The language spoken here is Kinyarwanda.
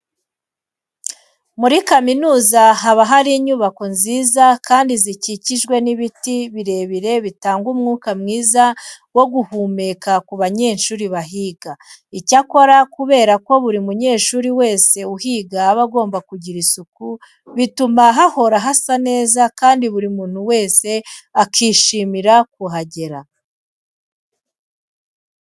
Muri kaminuza haba hari inyubako nziza kandi zikikijwe n'ibiti birebire bitanga umwuka mwiza wo guhumeka ku banyeshuri bahiga. Icyakora kubera ko buri munyeshuri wese uhiga aba agomba kugira isuku, bituma hahora hasa neza kandi buri muntu wese akishimira kuhagera.